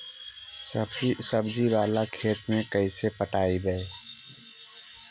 सब्जी बाला खेत के कैसे पटइबै?